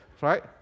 right